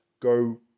Go